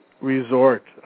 resort